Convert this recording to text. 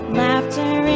laughter